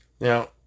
Now